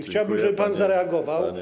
Chciałbym, żeby pan zareagował.